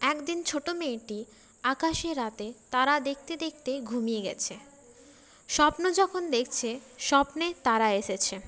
একদিন ছোটো মেয়েটি আকাশে রাতে তারা দেখতে দেখতে ঘুমিয়ে গেছে স্বপ্ন যখন দেখছে স্বপ্নে তারা এসেছে